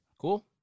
Cool